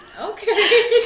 Okay